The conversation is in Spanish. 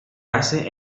hace